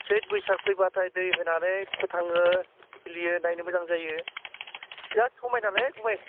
सैत बैसाग फैबाथाय दै होनानै फोथाङो खिलियो नायनो मोजां जायो बिराथ समायनालै गुमै